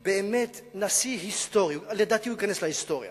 באמת, נשיא היסטורי, לדעתי הוא ייכנס להיסטוריה,